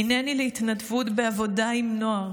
הינני להתנדבות בעבודה עם נוער,